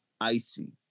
icy